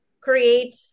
create